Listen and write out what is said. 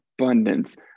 abundance